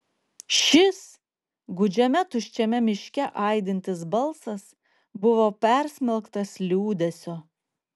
šis gūdžiame tuščiame miške aidintis balsas buvo persmelktas liūdesio